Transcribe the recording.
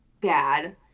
bad